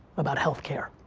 about healthcare.